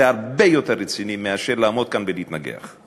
זה הרבה יותר רציני מאשר לעמוד כאן ולהתנגח.